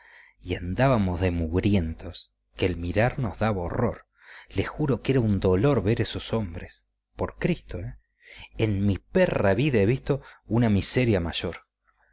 y andábamos de mugrientos que el mirarnos daba horror les juro que era un dolor ver esos hombres por cristo en mi perra vida he visto una miseria mayor